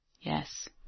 Yes